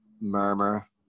murmur